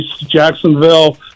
Jacksonville